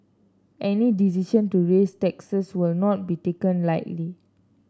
any decision to raise taxes will not be taken lightly